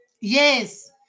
Yes